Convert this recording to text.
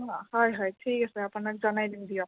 হয় হয় ঠিক আছে আপোনাক জনাই দিম দিয়ক